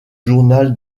journal